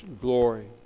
glory